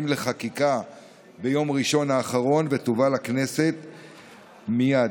לחקיקה ביום ראשון האחרון ותובא לכנסת מייד,